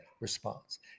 response